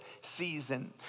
season